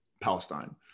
Palestine